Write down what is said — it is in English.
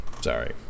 sorry